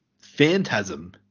Phantasm